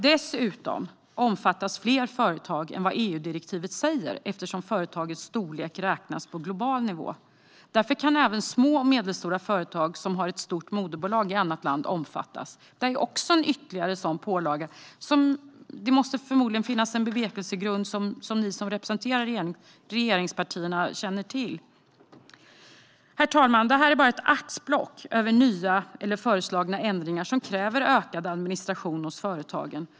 Dessutom omfattas fler företag än vad EU-direktivet kräver, eftersom företagets storlek räknas på global nivå. Därför kan även små och medelstora företag som har ett stort moderbolag i annat land omfattas. Detta är ytterligare en pålaga vars bevekelsegrund ni som representerar regeringspartierna säkert känner till. Herr talman! Det här var bara ett axplock av de nya eller föreslagna ändringar som kräver ökad administration hos företagen.